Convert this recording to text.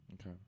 Okay